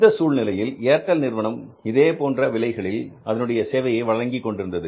இந்த சூழ்நிலையில் ஏர்டெல் நிறுவனம் இதபோன்ற விலைகளில் அதனுடைய சேவையை வழங்கிக்கொண்டிருந்தது